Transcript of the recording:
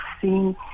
seen